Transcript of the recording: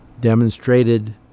demonstrated